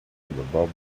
bubble